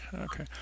okay